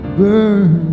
burn